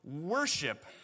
worship